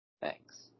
Thanks